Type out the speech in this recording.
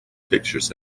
pictures